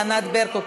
ענת ברקו,